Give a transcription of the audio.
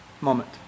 moment